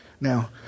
Now